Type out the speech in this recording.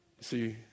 See